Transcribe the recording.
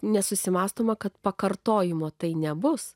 nesusimąstoma kad pakartojimo tai nebus